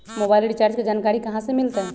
Mobile recharge के जानकारी कहा से मिलतै?